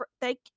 thank